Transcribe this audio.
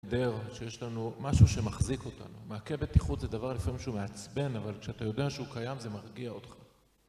שיש לנו משהו שמחזיק אותנו, מעקה בטיחות זה דבר לפעמים שהוא מעצבן אבל כשאתה יודע שהוא קיים זה מרגיע אותך